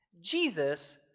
Jesus